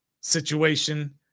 situation